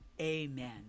amen